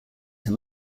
him